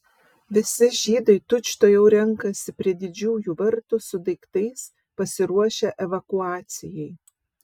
visi žydai tučtuojau renkasi prie didžiųjų vartų su daiktais pasiruošę evakuacijai